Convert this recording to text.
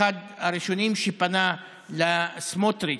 אחד הראשונים שפנה לסמוטריץ',